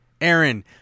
Aaron